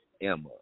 Emma